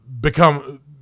become